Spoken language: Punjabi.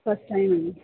ਫਸਟ ਟਾਈਮ ਹੈ